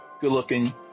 good-looking